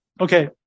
Okay